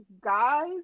guys